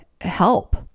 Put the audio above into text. help